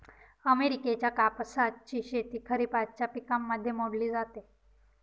अमेरिकेच्या कापसाची शेती खरिपाच्या पिकांमध्ये मोडली जाते